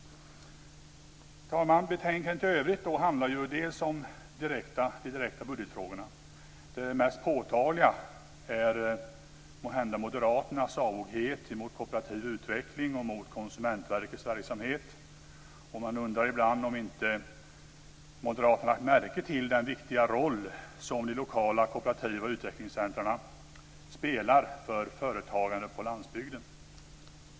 Fru talman! Betänkandet i övrigt handlar om de direkta budgetfrågorna. Det mest påtagliga är måhända moderaternas avoghet mot kooperativ utveckling och mot Konsumentverkets verksamhet. Man undrar ibland om inte moderaterna har lagt märke till den viktiga roll som de lokala kooperativa utvecklingscentrumen spelar för företagande på landsbygden.